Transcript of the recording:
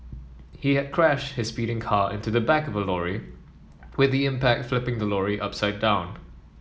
he had crashed his speeding car into the back of a lorry with the impact flipping the lorry upside down